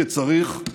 כי צריך,